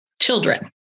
children